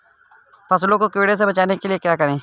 फसल को कीड़ों से बचाने के लिए क्या करें?